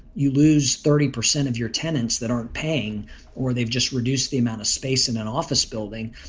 you lose thirty percent of your tenants that aren't paying or they've just reduced the amount of space in an office building.